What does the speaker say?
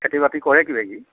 খেতি বাতি কৰে কিবাকিবি